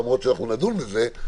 למרות שנדון בזה,